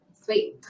Sweet